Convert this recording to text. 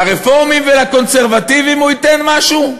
לרפורמים ולקונסרבטיבים הוא ייתן משהו?